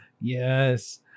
Yes